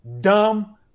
dumb